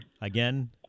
Again